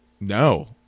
No